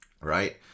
right